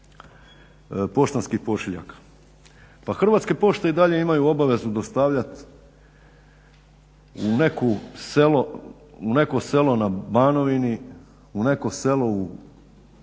Hrvatske pošte i dalje imaju obavezu dostavljati u neko selo na Banovini, u neko selo u